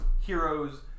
heroes